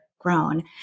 Grown